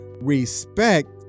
respect